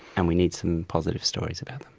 and we need some positive stories about them.